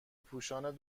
پوشان